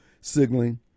signaling